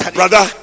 brother